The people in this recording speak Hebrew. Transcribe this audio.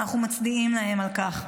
ואנחנו מצדיעים להם על כך.